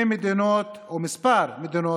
של כמה ממדינות ערב.